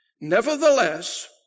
Nevertheless